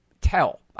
tell